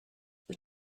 wyt